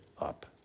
up